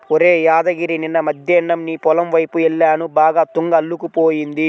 ఒరేయ్ యాదగిరి నిన్న మద్దేన్నం నీ పొలం వైపు యెల్లాను బాగా తుంగ అల్లుకుపోయింది